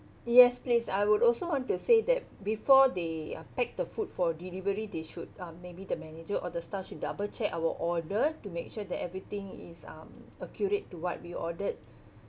yes please I would also want to say that before they are pack the food for delivery they should uh maybe the manager or the staff should double check our order to make sure that everything is um accurate to what we ordered